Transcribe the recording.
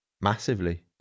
massively